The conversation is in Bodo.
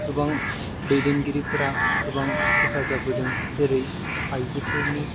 गोबां दैदेनगिरिफोरा गोबां हेफाजाब होदों जेरै आइजोफोरनि